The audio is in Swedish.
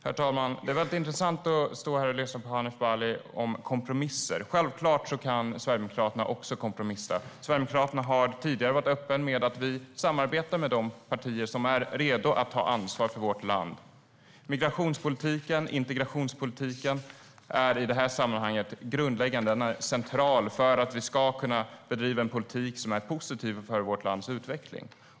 Herr talman! Det har varit intressant att stå här och lyssna på Hanif Bali om kompromisser. Självklart kan Sverigedemokraterna också kompromissa. Vi i Sverigedemokraterna har tidigare varit öppna med att vi samarbetar med de partier som är redo att ta ansvar för vårt land. Migrationspolitiken och integrationspolitiken är i det sammanhanget grundläggande och central för att vi ska kunna bedriva en politik som är positiv för vårt lands utveckling.